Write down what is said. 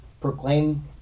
proclaim